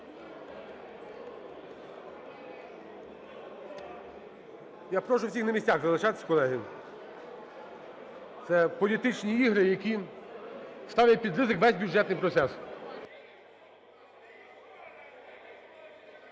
Я прошу всіх на місцях залишатися, колеги. Це політичні ігри, які ставлять під ризик весь бюджетний процес.